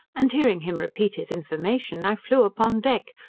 and hearing him repeat his information, i flew upon deck,